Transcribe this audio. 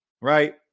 Right